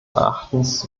erachtens